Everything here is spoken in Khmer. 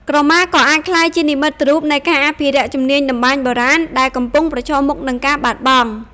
ក្រមាក៏អាចក្លាយជានិមិត្តរូបនៃការអភិរក្សជំនាញតម្បាញបុរាណ ដែលកំពុងប្រឈមមុខនឹងការបាត់បង់។